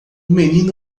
menino